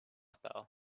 style